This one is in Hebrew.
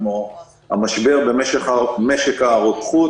כמו המשבר במשק הרוקחות,